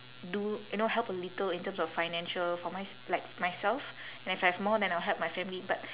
do you know help a little in terms of financial for mys~ like for myself and if I have more then I'll help my family but